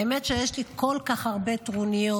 האמת שיש לי כל כך הרבה טרוניות,